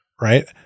right